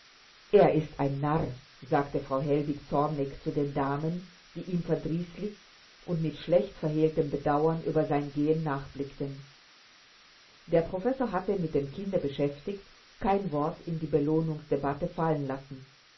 er ist ein narr sagte frau hellwig zornig zu den damen die ihm verdrießlich und mit schlecht verhehltem bedauern über sein gehen nachblickten der professor hatte mit dem kinde beschäftigt kein wort in die belohnungsdebatte fallen lassen